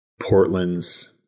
Portland's